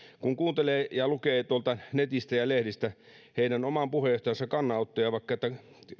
kun kuuntelee ja lukee tuolta netistä ja lehdistä heidän oman puheenjohtajansa kannanottoja vaikka sitä että